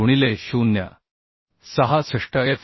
33 गुणिले 0